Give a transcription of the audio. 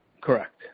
Correct